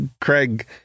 Craig